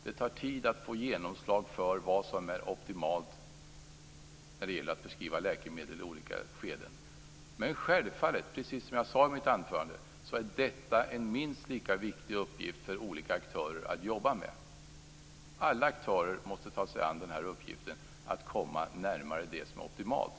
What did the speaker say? Det tar tid att få genomslag för vad som är optimalt när det gäller att förskriva läkemedel i olika skeden. Men självfallet, precis som jag sade i mitt anförande, är detta en minst lika viktig uppgift för olika aktörer att jobba med. Alla aktörer måste ta sig an uppgiften att komma närmare det som är optimalt.